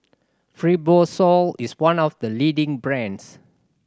fibrosol is one of the leading brands